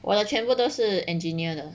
我的全部都是 engineer 的